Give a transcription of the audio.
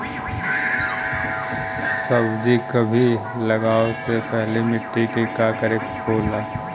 सब्जी कभी लगाओ से पहले मिट्टी के का करे के होखे ला?